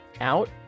out